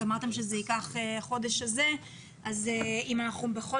אמרתם שזה יהיה בחודש הזה ואם אנחנו בכל